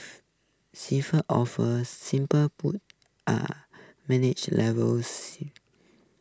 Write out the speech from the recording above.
seafarer officers simply put are management level